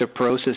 osteoporosis